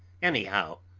anyhow?